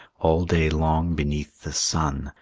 all day long beneath the sun,